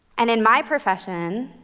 and in my profession,